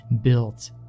built